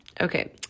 Okay